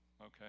okay